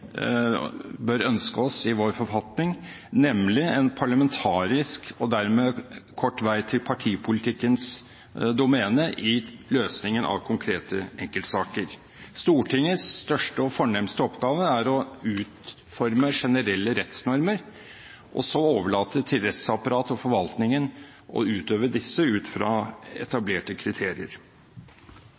bør ønske oss i vår forfatning, nemlig en parlamentarisk kontrollinstans og dermed kort vei til partipolitikkens domene i løsningen av konkrete enkeltsaker. Stortingets største og fornemste oppgave er å utforme generelle rettsnormer, og så overlate til rettsapparatet og forvaltningen å utøve disse ut fra etablerte kriterier.